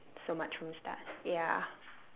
so much from the start ya